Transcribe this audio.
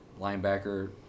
linebacker